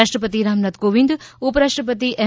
રાષ્ટ્રપતિ રામનાથ કોવિન્દ ઉપરાષ્ટ્રપતિ એમ